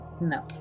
No